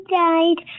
died